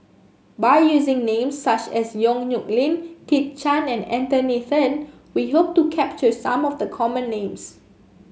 by using names such as Yong Nyuk Lin Kit Chan and Anthony Then we hope to capture some of the common names